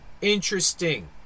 interesting